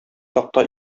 такта